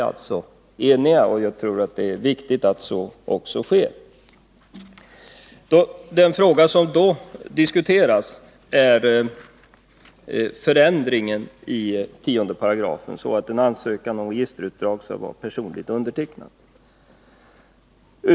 Det är viktigt att så också sker. Den fråga som alltså diskuteras är förändringen i 10 § så att en ansökan om registerutdrag skall vara personligt undertecknad.